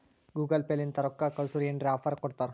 Google pay ಲಿಂತ ರೊಕ್ಕಾ ಕಳ್ಸುರ್ ಏನ್ರೆ ಆಫರ್ ಕೊಡ್ತಾರ್